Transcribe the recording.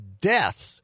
deaths